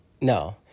No